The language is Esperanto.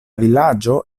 vilaĝo